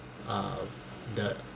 uh the